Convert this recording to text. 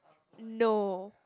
no